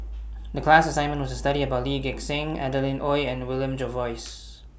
The class assignment was to study about Lee Gek Seng Adeline Ooi and William Jervois